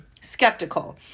skeptical